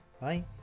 Bye